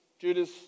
Judas